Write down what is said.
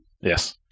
Yes